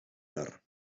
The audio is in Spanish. dar